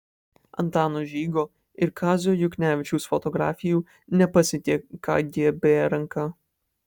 antano žygo ir kazio juknevičiaus fotografijų nepasiekė kgb ranka